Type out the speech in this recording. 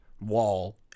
wall